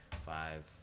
Five